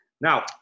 Now